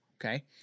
okay